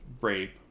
rape